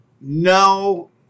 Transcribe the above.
no